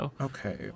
Okay